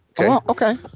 Okay